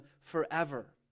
forever